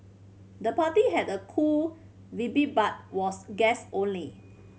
the party had a cool but was guest only